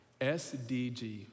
SDG